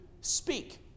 speak